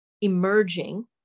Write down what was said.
emerging